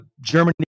Germany